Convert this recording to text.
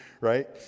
Right